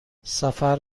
سفر